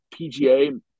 PGA